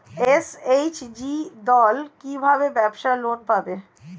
SHG দল কী ভাবে ব্যাবসা লোন পাবে?